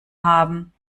haben